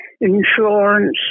insurance